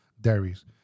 dairies